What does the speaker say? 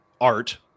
art